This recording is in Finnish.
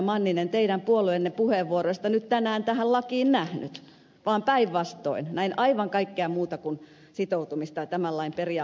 manninen teidän puolueenne puheenvuoroista nyt tänään tähän lakiin nähnyt vaan päinvastoin näin aivan kaikkea muuta kuin sitoutumista tämän lain periaatteisiin